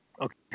Okay